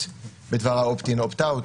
ההתנהגותית בדבר ה-opt-in, opt-out.